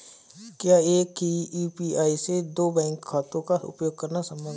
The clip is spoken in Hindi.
क्या एक ही यू.पी.आई से दो बैंक खातों का उपयोग करना संभव है?